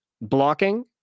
blocking